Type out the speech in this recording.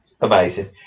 Amazing